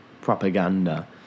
propaganda